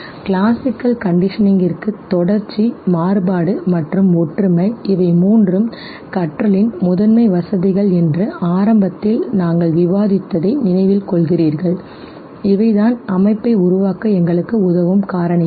classical கண்டிஷனிங்கிற்கு தொடர்ச்சி மாறுபாடு மற்றும் ஒற்றுமை இவை மூன்றும் கற்றலின் முதன்மை வசதிகள் என்று ஆரம்பத்தில் நாங்கள் விவாதித்ததை நினைவில் கொள்கிறீர்கள் இவைதான் அமைப்பை உருவாக்க எங்களுக்கு உதவும் காரணிகள்